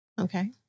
Okay